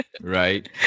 Right